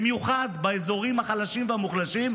במיוחד באזורים החלשים והמוחלשים,